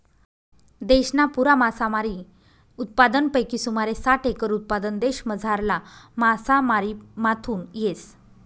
देशना पुरा मासामारी उत्पादनपैकी सुमारे साठ एकर उत्पादन देशमझारला मासामारीमाथून येस